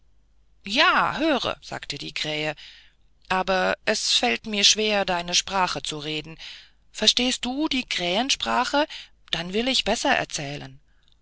ja höre sagte die krähe aber es fällt mir schwer deine sprache zu reden verstehst du die krähensprache dann will ich besser erzählen